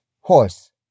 horse